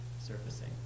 surfacing